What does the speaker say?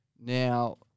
Now